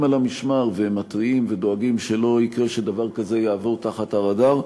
על המשמר ומתריעים ודואגים שלא יקרה שדבר כזה יעבור תחת הרדאר.